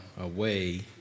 away